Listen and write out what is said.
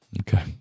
Okay